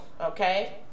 okay